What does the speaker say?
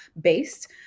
based